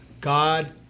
God